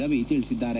ರವಿ ತಿಳಿಸಿದ್ದಾರೆ